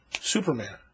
Superman